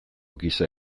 giza